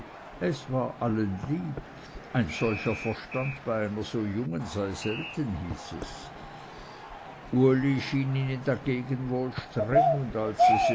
es war allen lieb ein solcher verstand bei einer so jungen sei selten hieß es uli schien ihnen dagegen wohl streng und